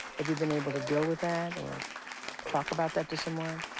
have you been able to deal with that or talk about that to someone?